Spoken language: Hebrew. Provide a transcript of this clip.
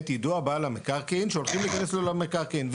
יידוע בעל המקרקעין שהולכים להיכנס לו למקרקעין.